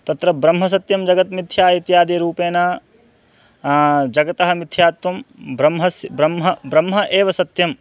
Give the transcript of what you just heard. तत्र ब्रह्मसत्यं जगत्मिथ्या इत्यादिरूपेण जगतः मिथ्यात्वं ब्रह्म ब्रह्म ब्रह्म एव सत्यं